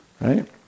right